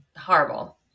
Horrible